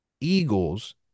Eagles